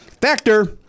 Factor